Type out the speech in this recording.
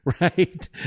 right